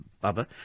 Baba